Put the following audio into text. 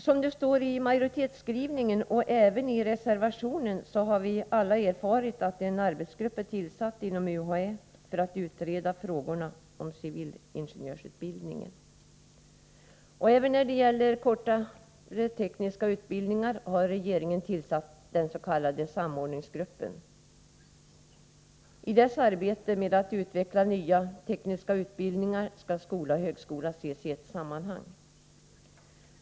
Som påpekas i majoritetsskrivningen och även i reservationen har vi alla erfarit att en arbetsgrupp är tillsatt inom UHÄ för att utreda frågorna om civilingenjörsutbildningen. När det gäller kortare tekniska utbildningar har regeringen även tillsatt den s.k. samordningsgruppen. I dess arbete med att utveckla nya tekniska utbildningar skall skola och högskola ses i ett sammanhang.